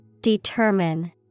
Determine